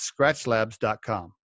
scratchlabs.com